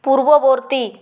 পূর্ববর্তী